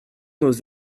nos